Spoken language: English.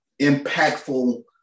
impactful